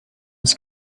its